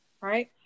right